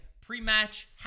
pre-match